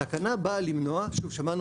הרציונל של התקנה, להבנתנו,